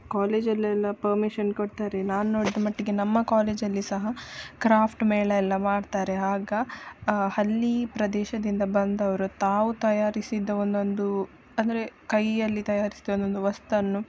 ಕಾಲೇಜಲ್ಲೆಲ್ಲ permission ಕೊಡ್ತಾರೆ ನಾನು ನೋಡಿದ ಮಟ್ಟಿಗೆ ನಮ್ಮ ಕಾಲೇಜಲ್ಲಿ ಸಹ ಕ್ರಾಫ್ಟ್ ಮೇಳ ಎಲ್ಲ ಮಾಡ್ತಾರೆ ಆಗ ಹಳ್ಳಿ ಪ್ರದೇಶದಿಂದ ಬಂದವರು ತಾವು ತಯಾರಿಸಿದ ಒದೊಂದು ಅಂದರೆ ಕೈಯಲ್ಲಿ ತಯಾರಿಸಿದ ಒದೊಂದು ವಸ್ತನ್ನು